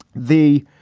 the,